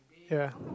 ya